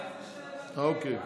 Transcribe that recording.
אוקיי.